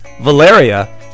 Valeria